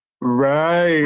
right